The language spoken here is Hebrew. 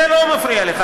זה לא מפריע לך,